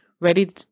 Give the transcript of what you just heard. ready